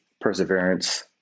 perseverance